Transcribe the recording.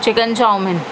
chicken chow mine